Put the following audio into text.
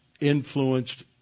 influenced